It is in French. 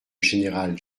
général